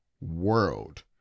world